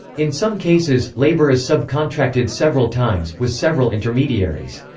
in some cases, labour is subcontracted several times, with several intermediaries.